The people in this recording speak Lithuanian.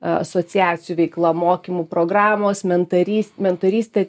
asociacijų veikla mokymų programos mentarys mentorystė